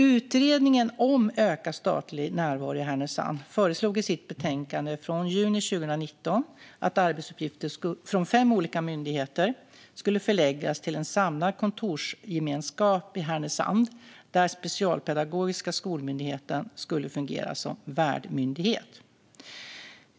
Utredningen om ökad statlig närvaro i Härnösand föreslog i sitt betänkande från juni 2019 att arbetsuppgifter från fem olika myndigheter skulle förläggas till en samlad kontorsgemenskap i Härnösand. Specialpedagogiska skolmyndigheten skulle fungera som värdmyndighet.